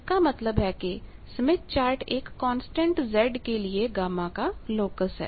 इसका मतलब है कि स्मिथ चार्ट एक कांस्टेंट Z के लिए गामा का लोकस है